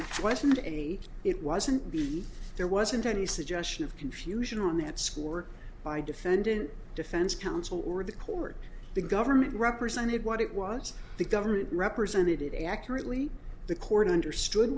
and it wasn't be there wasn't any suggestion of confusion on that score by defendant defense counsel or the court the government represented what it was the government represented it accurately the court understood